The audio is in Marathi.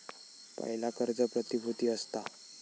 पयला कर्ज प्रतिभुती असता